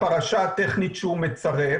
הפרשה הטכנית שהוא מצרף.